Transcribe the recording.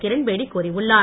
கிரண்பேடி கூறியுள்ளார்